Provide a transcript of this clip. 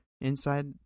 inside